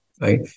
right